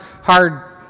hard